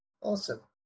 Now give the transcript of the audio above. Awesome